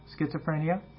schizophrenia